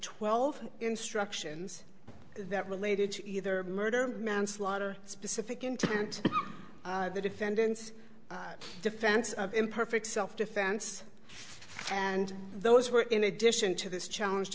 twelve instructions that related to either murder or manslaughter specific intent the defendant's defense of imperfect self defense and those were in addition to this challenge